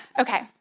okay